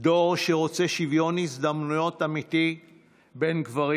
דור שרוצה שוויון הזדמנויות אמיתי בין גברים